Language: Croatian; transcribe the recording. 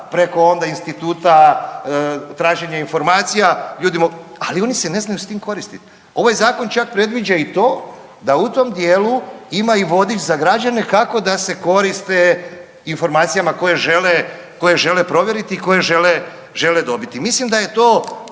preko onda instituta traženja informacija, ali oni se ne znaju s tim koristit. Ovaj zakon čak predviđa i to da u tom dijelu ima i vodič za građane kako da se koriste informacijama koje žele, koje žele provjeriti i koje žele, žele dobiti. Mislim da je to,